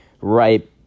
Right